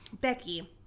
Becky